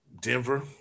Denver